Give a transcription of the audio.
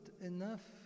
enough